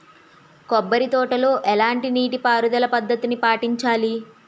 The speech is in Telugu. కొబ్బరి తోటలో ఎలాంటి నీటి పారుదల పద్ధతిని పాటించాలి?